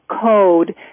code